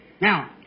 Now